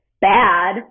bad